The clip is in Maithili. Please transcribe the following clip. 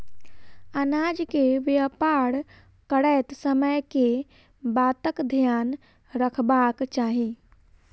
अनाज केँ व्यापार करैत समय केँ बातक ध्यान रखबाक चाहि?